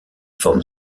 forme